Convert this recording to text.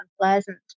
unpleasant